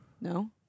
No